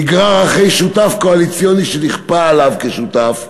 נגרר אחרי שותף קואליציוני שנכפה עליו כשותף,